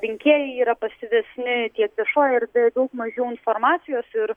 rinkėjai yra pasyvesni tiek viešojoje erdvėj daug mažiau informacijos ir